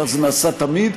כך זה נעשה תמיד.